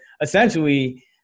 essentially